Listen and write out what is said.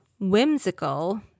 whimsical